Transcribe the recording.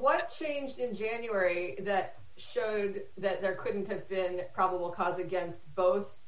what changed in january that showed that there couldn't have been probable cause again both